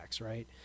right